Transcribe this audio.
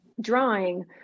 drawing